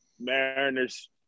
Mariners